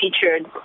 featured